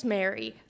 Mary